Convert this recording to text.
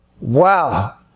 Wow